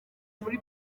muri